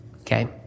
Okay